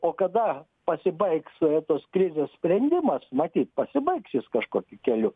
o kada pasibaigs tos krizės sprendimas matyt pasibaigs jis kažkokiu keliu